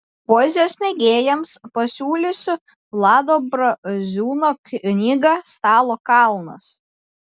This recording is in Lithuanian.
poezijos mėgėjams pasiūlysiu vlado braziūno knygą stalo kalnas